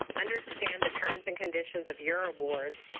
understand the terms and conditions of your award,